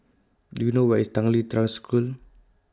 Do YOU know Where IS Tanglin Trust School